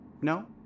No